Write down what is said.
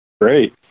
Great